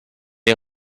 est